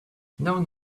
none